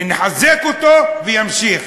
נחזק אותו והוא ימשיך.